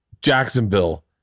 jacksonville